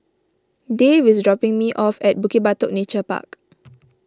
Dave is dropping me off at Bukit Batok Nature Park